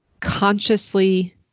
consciously